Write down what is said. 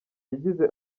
yagize